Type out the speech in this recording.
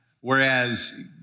whereas